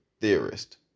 theorist